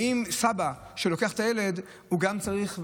האם סבא שלוקח את הילד, גם הוא צריך?